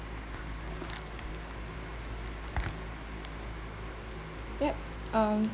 yup um